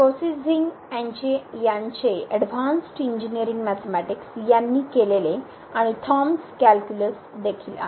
क्रेसिझिग यांचेअँडव्हान्सडइनजीनिअरिंग मॅथेमॅटिक्स यांनी केलेले आणि थॉमस 'कॅल्क्युलस' Thomas' Calculusदेखील